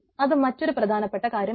അത് മറ്റൊരു പ്രധാനപ്പെട്ട കാര്യമാണ്